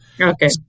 Okay